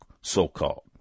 so-called